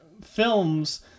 films